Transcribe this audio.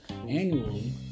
annually